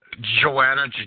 Joanna